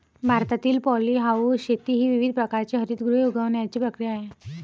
भारतातील पॉलीहाऊस शेती ही विविध प्रकारची हरितगृहे उगवण्याची प्रक्रिया आहे